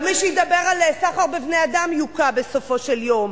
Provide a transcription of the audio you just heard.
גם מי שידבר על סחר בבני-אדם יוקע בסופו של יום.